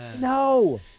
No